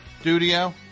Studio